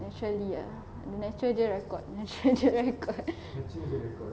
naturally ah natural dia jer natural jer record